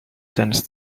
sense